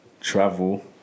travel